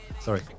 sorry